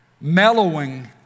mellowing